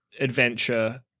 adventure